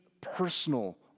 personal